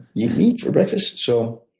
you eat meat for breakfast? so